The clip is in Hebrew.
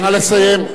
נא לסיים.